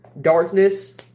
darkness